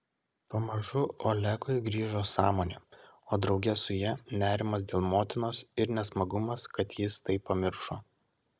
pamažu olegui grįžo sąmonė o drauge su ja nerimas dėl motinos ir nesmagumas kad jis tai pamiršo